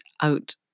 out